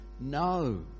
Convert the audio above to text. No